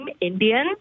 Indian